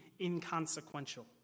inconsequential